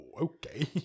okay